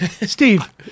Steve